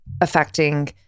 affecting